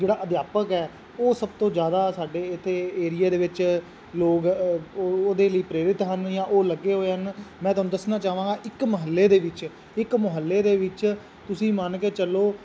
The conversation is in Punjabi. ਜਿਹੜਾ ਅਧਿਆਪਕ ਹੈ ਉਹ ਸਭ ਤੋਂ ਜ਼ਿਆਦਾ ਸਾਡੇ ਇੱਥੇ ਏਰੀਏ ਦੇ ਵਿੱਚ ਲੋਕ ਉਹਦੇ ਲਈ ਪ੍ਰੇਰਿਤ ਹਨ ਜਾਂ ਉਹ ਲੱਗੇ ਹੋਏ ਹਨ ਮੈਂ ਤੁਹਾਨੂੰ ਦੱਸਣਾ ਚਾਹਾਂਗਾ ਇੱਕ ਮਹੱਲੇ ਦੇ ਵਿੱਚ ਇੱਕ ਮੁਹੱਲੇ ਦੇ ਵਿੱਚ ਤੁਸੀਂ ਮੰਨ ਕੇ ਚੱਲੋ